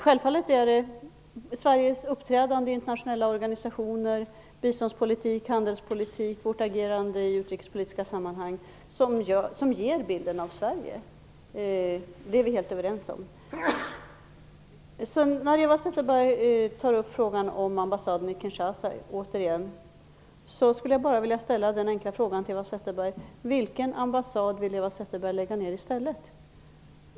Självfallet är det Sveriges uppträdande i internationella organisationer, biståndspolitik, handelspolitik, vårt agerande i utrikespolitiska sammanhang som ger bilden av Sverige. Det är vi helt överens om. När Eva Zetterberg återigen tar upp frågan om ambassaden i Kinshasa skulle jag vilja ställa en enkel fråga: Vilken ambassad vill Eva Zetterberg lägga ned i stället?